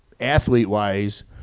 athlete-wise